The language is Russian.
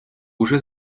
уже